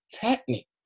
technique